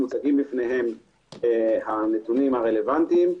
מוצגים בפניהם הנתונים הרלוונטיים.